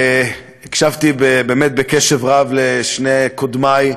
הקשבתי בקשב רב לשני קודמי,